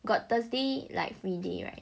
got thursday like free day [right]